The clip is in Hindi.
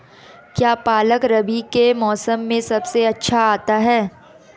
क्या पालक रबी के मौसम में सबसे अच्छा आता है?